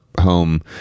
home